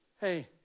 Hey